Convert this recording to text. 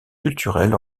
culturel